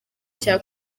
cya